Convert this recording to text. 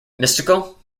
mystical